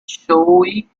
showy